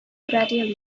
gradual